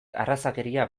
arrazakeria